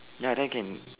ya then can